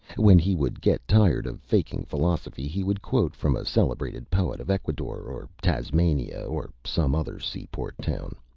when he would get tired of faking philosophy he would quote from a celebrated poet of ecuador or tasmania or some other seaport town.